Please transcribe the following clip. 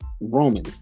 Roman